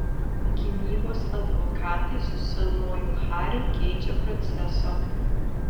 gynybos advokatai su senuoju hariu geidžia proceso